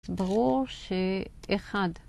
ברור שאחד.